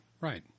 right